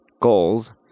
goals